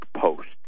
Post